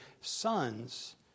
sons